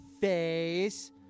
face